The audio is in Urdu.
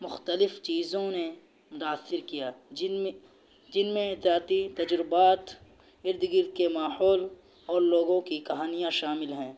مختلف چیزوں نے متاثر کیا جن میں جن میں ذاتی تجرباتھ ارد گرد کے ماحول اور لوگوں کی کہانیاں شامل ہیں